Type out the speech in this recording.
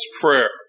prayer